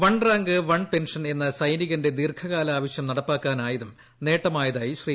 one rank one pension എന്ന സൈനികന്റെ ദീർഘകാല ആവശ്യം നടപ്പാക്കാനായിരും നേട്ടമായതായി ശ്രീ